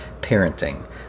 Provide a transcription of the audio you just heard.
parenting